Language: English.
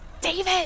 David